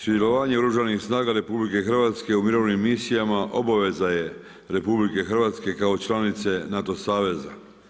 Sudjelovanje u Oružanim snagama RH u mirovnim misijama obaveza je RH kao članice NATO saveza.